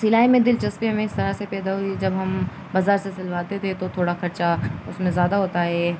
سلائی میں دلچسپی ہمیں اس طرح سے پیدا ہوئی جب ہم بازار سے سلواتے تھے تو تھوڑا خرچہ اس میں زیادہ ہوتا ہے